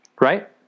Right